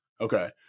Okay